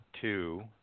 two